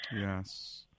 Yes